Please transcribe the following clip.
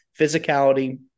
physicality